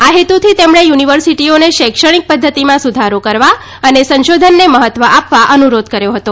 આ હેતુથી તેમણે યુનિવર્સિટીઓને શૈક્ષણિક પદ્વતિમાં સુધારો કરવા અને સંશોધનને મહત્વ આપવા અનુરોધ કર્યો હતો